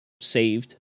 saved